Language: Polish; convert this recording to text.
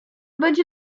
będzie